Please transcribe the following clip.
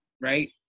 right